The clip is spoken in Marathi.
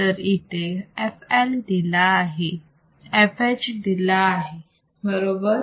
तर इथे fL दिलेला आहे fH दिलेला आहे बरोबर